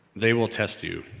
they will test you,